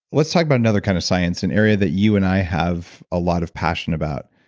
let's talk about another kind of science, an area that you and i have a lot of passion about.